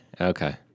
Okay